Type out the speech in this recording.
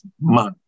man